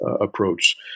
approach